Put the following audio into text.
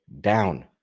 down